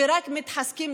שרק מתחזקים,